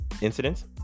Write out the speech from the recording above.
incidents